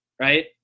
right